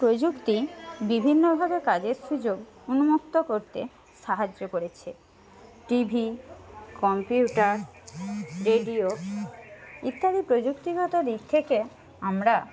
প্রযুক্তি বিভিন্নভাবে কাজের সুযোগ উন্মুক্ত করতে সাহায্য করেছে টিভি কম্পিউটার রেডিও ইত্যাদি প্রযুক্তিগত দিক থেকে আমরা